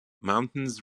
mountains